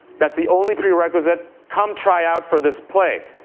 that's the only prerequisite. come try out for this play.